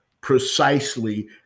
precisely